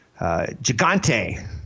gigante